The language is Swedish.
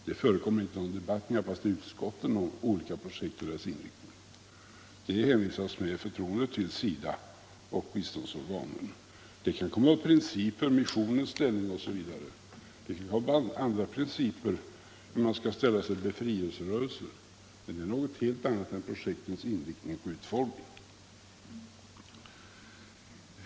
Det förekommer knappast någon debatt i utskotten om olika projekt och deras inriktning — det hänvisas med förtroende till SIDA och biståndsorganen. Det kan komma verksamheten upp principer — t.ex. missionens ställning och hur man skall ställa sig till befrielserörelser — men det är något helt annat än projektens inriktning och utformning.